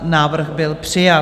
Návrh byl přijat.